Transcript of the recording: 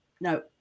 No